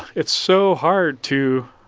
it's so hard to